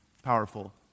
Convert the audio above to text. powerful